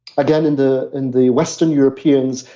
again, in the and the western europeans,